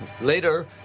later